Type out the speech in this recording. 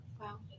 Wow